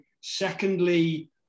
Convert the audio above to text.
Secondly